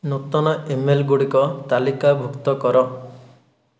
ନୂତନ ଇମେଲ୍ଗୁଡିକ ତାଲିକାଭୁକ୍ତ କର